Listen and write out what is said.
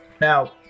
Now